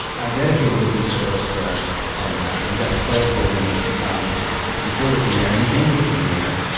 i dedicated the piece to earl scruggs and and got to play it for him um before the premier. and he came to the premier,